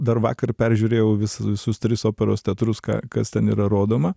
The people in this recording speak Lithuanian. dar vakar peržiūrėjau vis visus tris operos teatrus ką kas ten yra rodoma